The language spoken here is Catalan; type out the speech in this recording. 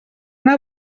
una